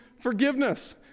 forgiveness